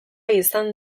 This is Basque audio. izan